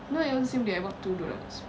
no it was the same day I bought two doughnuts